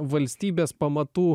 valstybės pamatų